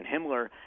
Himmler